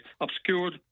obscured